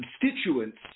constituents